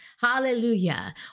Hallelujah